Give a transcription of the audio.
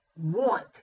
want